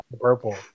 purple